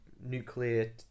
nuclear